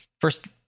first